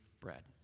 bread